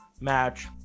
match